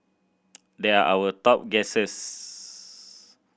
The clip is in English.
there are our top guesses